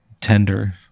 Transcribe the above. tender